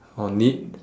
on it